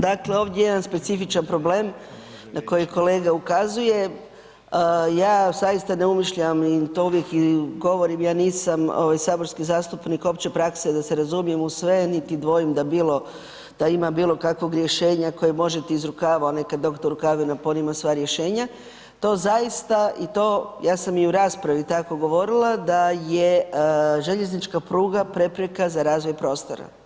Dakle ovdje je jedan specifičan problem na koji kolega ukazuje, ja zaista ne umišljam i to uvijek govorim ja nisam ovaj saborski zastupnik opće prakse da se razumijem u sve niti dvojim da bilo, da ima bilo kakvog rješenja koje možete iz rukava, onaj kad doktor Rukavina, pa on ima sva rješenja, to zaista i to, ja sam i u raspravi tako govorila da je željeznička pruga prepreka za razvoj prostora.